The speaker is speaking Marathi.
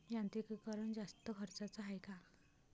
यांत्रिकीकरण जास्त खर्चाचं हाये का?